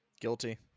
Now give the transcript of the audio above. Guilty